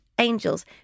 Angels